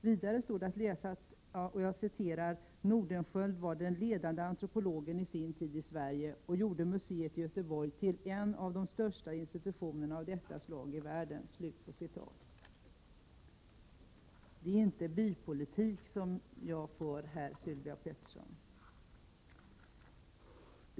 Vidare står det att läsa att ”Nordenskiöld var den ledande antropologen i sin tid i Sverige och gjorde museet i Göteborg till en av de största institutionerna av detta slag i världen”. Det är alltså inte bypolitik som jag bedriver här, Sylvia Pettersson!